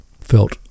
felt